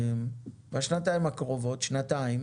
בשנתיים הקרובות שנתיים